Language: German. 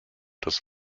des